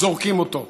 זורקים אותו.